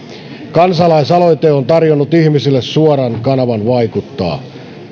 kansalaisaloite on tarjonnut ihmisille suoran kanavan vaikuttaa